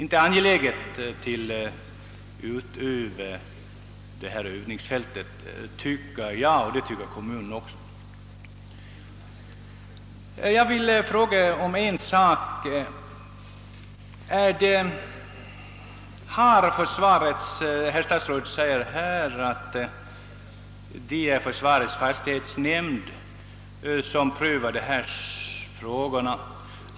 Jag instämmer med markägarna att det inte finns någon anledning att utvidga övningsfältet i Stenkumla. Statsrådet säger att försvarets fastighetsnämnd prövar dessa frågor.